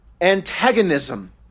antagonism